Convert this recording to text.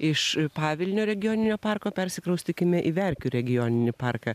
iš pavilnio regioninio parko persikraustykime į verkių regioninį parką